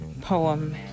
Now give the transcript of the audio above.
poem